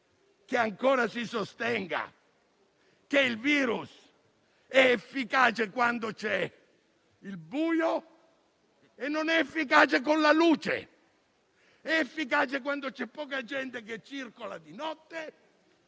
che ancora si sostenga che il virus è efficace quando c'è il buio e non lo è con la luce? È efficace quando c'è poca gente che circola di notte